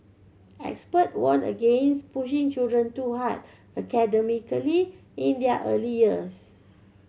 expert warned against pushing children too hard academically in their early years